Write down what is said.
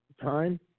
time